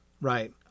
right